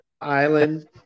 Island